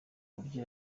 uburyo